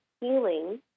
healing